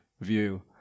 view